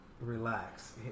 Relax